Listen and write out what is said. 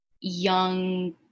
young